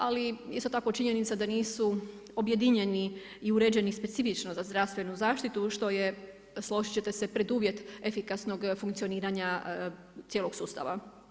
Ali, isto tako činjenica da nisu objedinjeni i uređeni specifično za zdravstvenu zaštitu, što je složiti ćete preduvjet efikasnog funkcioniranja cijelog sustava.